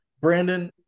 brandon